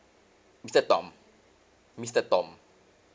mister tom mister tom